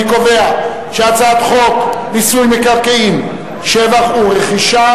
אני קובע שחוק מיסוי מקרקעין (שבח ורכישה)